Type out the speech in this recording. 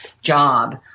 job